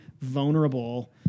vulnerable